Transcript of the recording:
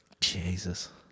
Jesus